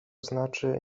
znaczy